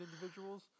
individuals